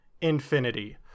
infinity